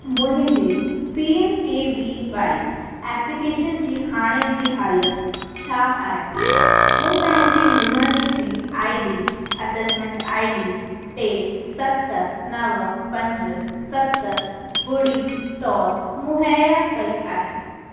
मुंहिंजी P M K V Y application जी हाणे जी हालति छा आहे मूं पंहिंजी मुल्हनि जी I D assessment I D टे सत नव पंज सत ॿुड़ी तौरु मुहइया कई आहे